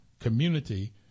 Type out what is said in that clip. community